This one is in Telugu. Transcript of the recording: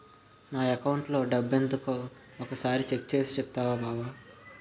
నా అకౌంటులో డబ్బెంతుందో ఒక సారి చెక్ చేసి చెప్పవా బావా